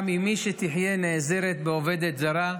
גם אימי, שתחיה, נעזרת בעובדת זרה,